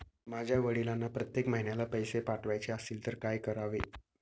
माझ्या वडिलांना प्रत्येक महिन्याला पैसे पाठवायचे असतील तर काय करावे?